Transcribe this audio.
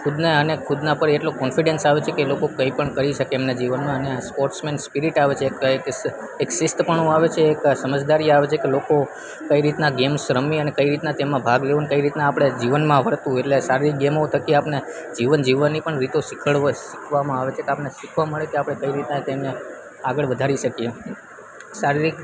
ખુદને અને ખુદના પર એટલો કોન્ફિડેન્સ આવે છે કે એ લોકો કઈ પણ કરી શકે એમના જીવનમાં અને સ્પોર્ટ્સમેન સ્પિરિટ આવે છે એક શિ શિસ્તપણું આવે છે એક સમજદારી આવે છે લોકો કઈ રીતના ગેમ્સ રમવી અને કઈ રીતના તેમાં ભાગ લેવો કઈ રીતના આપડે જીવનમાં આવડતું હોય એટલે શારીરિક ગેમો થકી આપણે જીવન જીવવાની પણ રીતો શીખવાડશ શીખવામાં આવે છે કે આપણે શીખવા મળે કે આપણે કઈ રીતના તેમને આગળ વધારી શકીએ શારીરિક